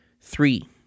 Three